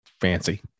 fancy